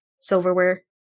silverware